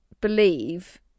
believe